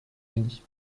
unis